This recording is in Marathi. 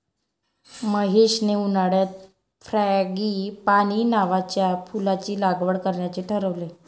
महेशने उन्हाळ्यात फ्रँगीपानी नावाच्या फुलाची लागवड करण्याचे ठरवले